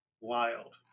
Wild